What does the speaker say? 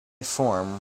form